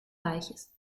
reiches